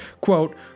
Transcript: quote